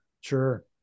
sure